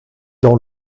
dans